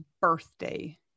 birthday